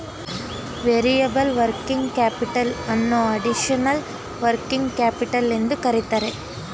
variable working capital ಅನ್ನೋ additional working capital ಎಂದು ಕರಿತರೆ